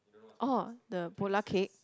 oh the Polar cake